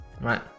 right